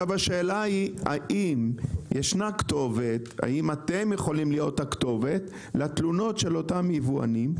האם אתם יכולים להיות הכתובת לתלונות של אותם יבואנים?